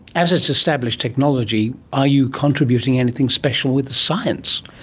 as it's established technology, are you contributing anything special with the science?